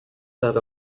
set